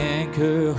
anchor